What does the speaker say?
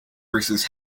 versus